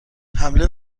حمله